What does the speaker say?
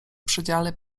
przedziale